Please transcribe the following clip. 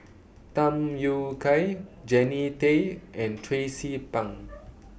Tham Yui Kai Jannie Tay and Tracie Pang